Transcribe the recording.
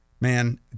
Man